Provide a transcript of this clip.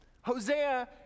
Hosea